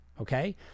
okay